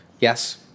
Yes